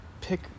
pick